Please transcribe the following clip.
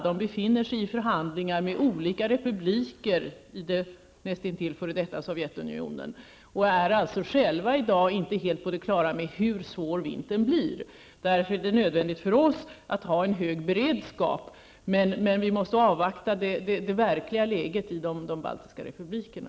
De befinner sig i förhandlingar med olika republiker i det näst intill f.d. Sovjetunionen och är alltså i dag inte själva helt på det klara med hur svår vintern blir. Därför är det nödvändigt för oss att ha en hög beredskap, men vi måste avvakta det verkliga läget i de baltiska republikerna.